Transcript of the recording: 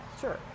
Sure